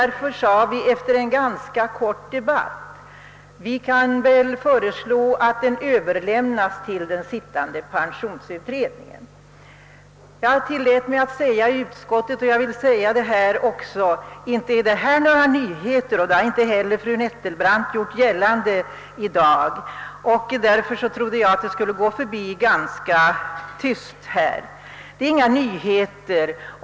Efter en ganska kort debatt beslöts därför att vi skulle föreslå att motionen överlämnades till den arbetande pensionsutredningen. Jag tillät mig att säga i utskottet — och jag vill upprepa det här — att de frågor som tas upp i motionen inte är några nyheter. Det har inte heller fru Nettelbrandt gjort gällande i dag. Jag trodde därför att frågan skulle passera ganska obemärkt. Vad som föreslås i motionen är alltså inget nytt.